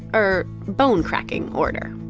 er. bone-cracking order.